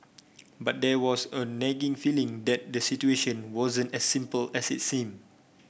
but there was a nagging feeling that the situation wasn't as simple as it seemed